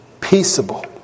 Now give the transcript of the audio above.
peaceable